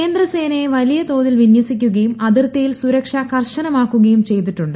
കേന്ദ്ര സേനയെ വലിയതോതിൽ വിനൃസിക്കുകയും അതിർത്തിയിൽ സുരക്ഷ കർശനമാക്കുകയും ചെയ്തിട്ടുണ്ട്